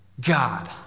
God